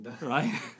Right